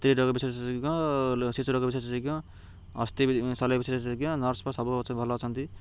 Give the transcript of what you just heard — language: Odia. ସ୍ତ୍ରୀ ରୋଗ ବିଶେଷଜ୍ଞ ଶିଶୁ ରୋଗ ବିଶେଷଜ୍ଞ ଅସ୍ତି ଶଲ୍ୟ ବିଶେଷଜ୍ଞ ନର୍ସ୍ ଫର୍ସ୍ ସବୁ ଭଲ ଅଛନ୍ତି